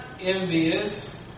envious